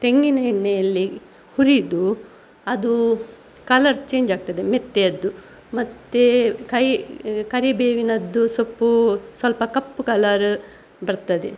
ತೆಂಗಿನ ಎಣ್ಣೆಯಲ್ಲಿ ಹುರಿದು ಅದು ಕಲರ್ ಚೇಂಜ್ ಆಗ್ತದೆ ಮೆಂತೆಯದ್ದು ಮತ್ತೆ ಕೈ ಕರಿಬೇವಿನದ್ದು ಸೊಪ್ಪು ಸ್ವಲ್ಪ ಕಪ್ಪು ಕಲರ್ ಬರ್ತದೆ